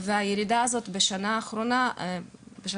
הירידה הזאת בשנה הקודמת,